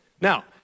now